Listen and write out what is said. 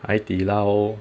海底捞